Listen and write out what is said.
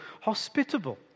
hospitable